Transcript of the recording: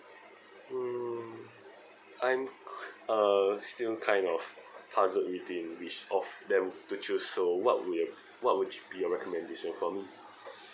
mm I'm qui~ uh still kind of puzzled between which of them to choose so what will what would be your recommendation for me